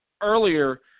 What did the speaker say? earlier